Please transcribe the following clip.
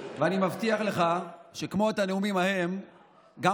ואני מבטיח לך שכמו את הנאומים ההם גם